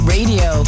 Radio